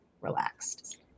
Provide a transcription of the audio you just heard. relaxed